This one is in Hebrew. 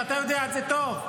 ואתה יודע את זה טוב.